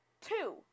Two